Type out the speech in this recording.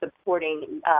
supporting